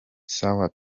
sawa